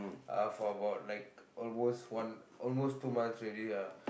uh for about like almost one almost two months already lah